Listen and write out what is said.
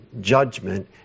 judgment